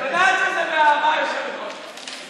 את יודעת שזה מאהבה, היושבת-ראש.